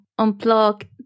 unplug